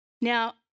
Now